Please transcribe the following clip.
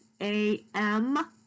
A-M